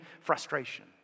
frustration